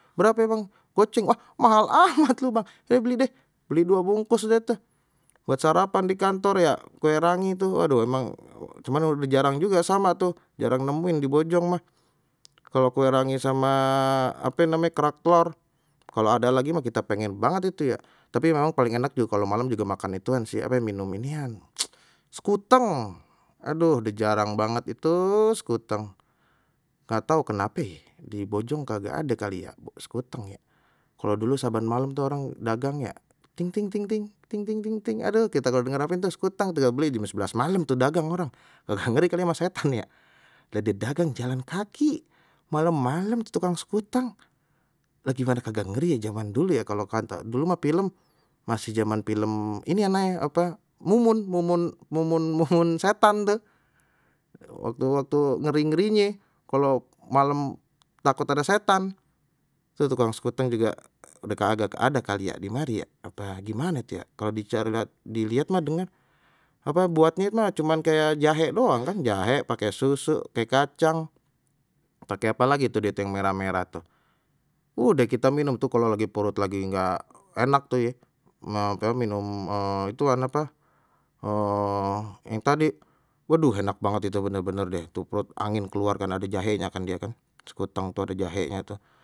Bepare bang, goceng, wah mahal amat lu bang ya beli deh beli dua bungkus deh tu, buat sarapan di kantor ya kue rangi tu aduh emang cuman udah jarang juga sama tuh jarang nemuin di bojong mah kalau kue rangi sama ape name kerak telor kalau ada lagi mah kita pengen banget itu ya tapi memang paling enak tuh kalau malam tu juga makan ituan sih ape minum inian sekuteng, aduh dah jarang banget itu sekuteng nggak tau kenape ye di bojong kagak ade kali ya sekuteng ye, kalau dulu saban malam tuh orang dagang ya, ting ting ting ting, ting ting ting ting aduh kita kalau denger ape tuh, sekuteng tingal beli jam sebelas malam tuh dagang orang, kagak ngeri kali ama setan ya lha die dagang jalan kaki malem-malem tukang sekuteng lha gimana kagak ngeri ya, jaman dulu ya kalau kata dulu mah film masih jaman film inian naik apa mumun mumun mumun setan tuh, waktu-waktu ngeri-ngerinye kalau malem takut ada setan tu tukang sekuteng juga sampai kagak ada kali ya di mari ya apa gimana tu ya kalau bicara dilihat mah apa buatnya itu cuman kayak jahe doang kan jahe pakai susu pakai kacang pakai apa lagi itu dia tu yang merah-merah udah kita minum tuh kalau lagi perut lagi nggak enak tu ye sih mau ape minum ituan apa yang tadi waduh enak banget itu bener-bener deh tuh perut angin keluar karena di jahenya kan dia khan.